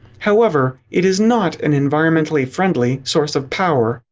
however, it is not an environmentally friendly source of power,